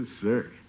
sir